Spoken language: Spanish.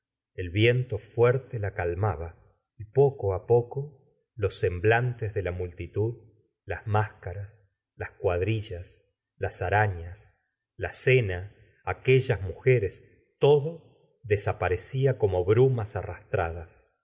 el viento fuerte la calmaba y poco á po co los semblantes de la multitud las máscaras las cuadrillas las arañ as la cena aquellas mujeres todo desaparecía como brumas arrastradas